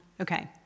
Okay